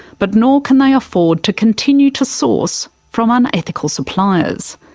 but nor can they afford to continue to source from unethical suppliers.